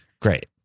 Great